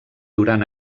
durant